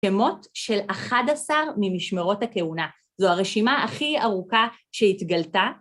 שמות של 11 ממשמרות הכהונה, זו הרשימה הכי ארוכה שהתגלתה.